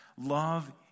Love